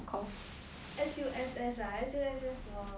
S_U_S_S ah S_U_S_S 我